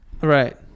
Right